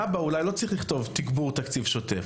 להבא אולי לא צריך לכתוב תגבור תקציב שוטף,